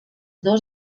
dos